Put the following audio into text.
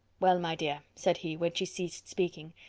well, my dear, said he, when she ceased speaking,